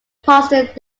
protestant